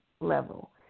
level